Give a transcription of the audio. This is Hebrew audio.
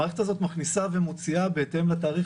המערכת הזאת מכניסה ומוציאה בהתאם לתאריך